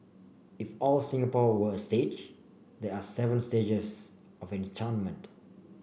if all Singapore were a stage there are seven stages of enchantment